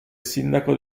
sindaco